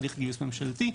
הליך גיוס ממשלתי,